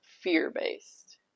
fear-based